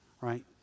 right